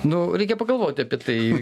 nu reikia pagalvoti apie tai